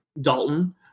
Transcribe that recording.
Dalton